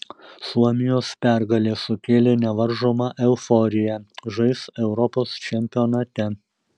suomijos pergalė sukėlė nevaržomą euforiją žais europos čempionate